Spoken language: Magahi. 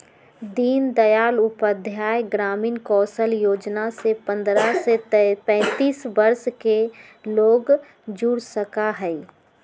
दीन दयाल उपाध्याय ग्रामीण कौशल योजना से पंद्रह से पैतींस वर्ष के लोग जुड़ सका हई